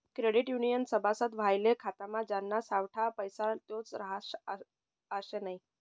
credit युनियननं सभासद व्हवाले खातामा ज्याना सावठा पैसा तोच रहास आशे नै